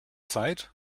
zeit